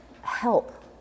Help